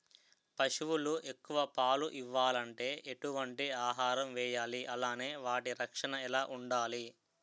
పశువులు ఎక్కువ పాలు ఇవ్వాలంటే ఎటు వంటి ఆహారం వేయాలి అలానే వాటి రక్షణ ఎలా వుండాలి?